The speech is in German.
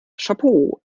chapeau